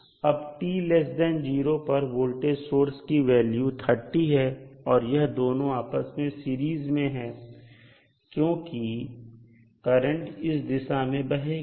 अब t0 पर voltage source की वैल्यू 30 है और यह दोनों आपस में सीरीज में है क्योंकि करंट इस दिशा में बहेगी